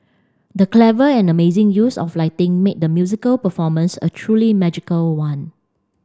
the clever and amazing use of lighting made the musical performance a truly magical one